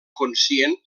conscient